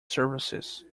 services